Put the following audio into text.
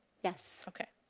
yes. okay.